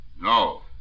no